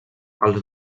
els